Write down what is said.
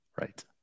Right